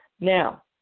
Now